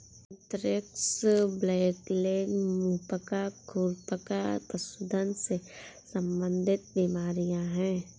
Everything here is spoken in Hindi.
एंथ्रेक्स, ब्लैकलेग, मुंह पका, खुर पका पशुधन से संबंधित बीमारियां हैं